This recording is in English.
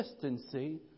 consistency